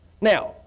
Now